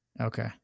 Okay